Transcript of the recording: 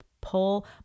pull